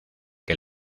que